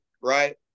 Right